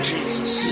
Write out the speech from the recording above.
Jesus